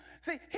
see